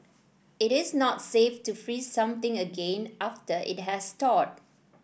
it is not safe to freeze something again after it has thawed